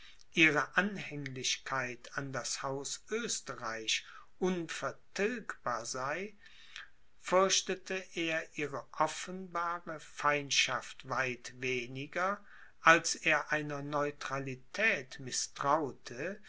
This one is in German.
ihre anhänglichkeit an das haus oesterreich unvertilgbar sei fürchtete er ihre offenbare feindschaft weit weniger als er einer neutralität mißtraute